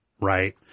right